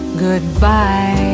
goodbye